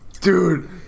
dude